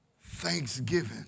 thanksgiving